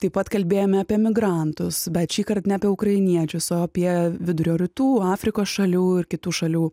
taip pat kalbėjome apie migrantus bet šįkart ne apie ukrainiečius o apie vidurio rytų afrikos šalių ir kitų šalių